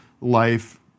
life